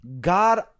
god